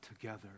together